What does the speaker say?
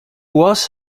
was